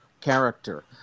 character